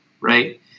right